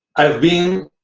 i've been,